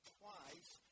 twice